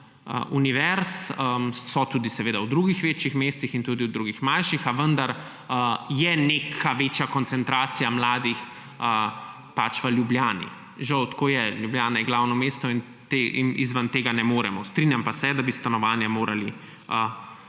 univerz. Seveda so tudi v drugih večjih mestih in v drugih manjših, a vendar je večja koncentracija mladih v Ljubljani. Žal, tako je, Ljubljana je glavno mesto in izven tega ne moremo. Strinjam pa se, da bi stanovanja morali